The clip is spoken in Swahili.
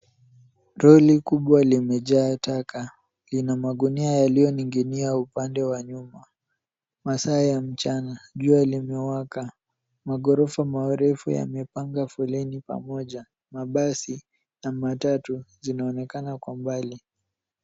Lori kubwa limejaa taka, lina magunia yaliyoning'inia upande wa nyuma. Masaa ya mchana, jua limewaka. Magorofa marefu yamepanga foleni pamoja. Mabasi na matatu zinaonekana kwa umbali.